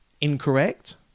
incorrect